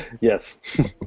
Yes